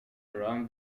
around